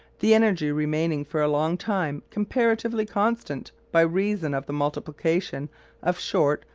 the energy remaining for a long time comparatively constant by reason of the multiplication of short,